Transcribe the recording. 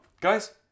guys